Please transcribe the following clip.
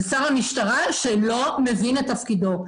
זה שר משטרה שלא מבין את תפקידו.